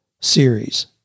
series